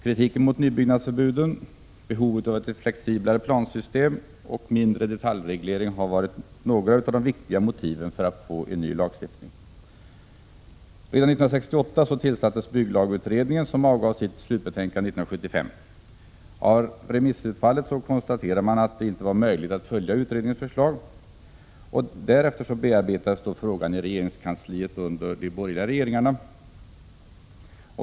Kritiken mot nybyggnadsförbuden, behov av flexiblare plansystem och mindre detaljreglering har varit några viktiga motiv för en ny lag. Redan 1968 tillsattes bygglagutredningen, som avgav sitt slutbetänkande 1975. Av remissutfallet konstaterades att det inte var möjligt att följa utredningens förslag. Därefter bearbetades frågan i regeringskansliet under de borgerliga regeringarna.